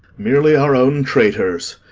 merely our own traitors.